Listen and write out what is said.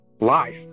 life